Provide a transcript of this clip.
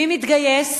מי מתגייס,